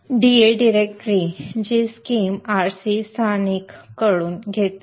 gda directory gschem r c स्थानिक कडून देखील